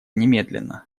немедленно